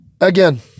again